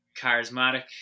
charismatic